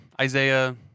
Isaiah